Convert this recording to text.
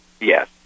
Yes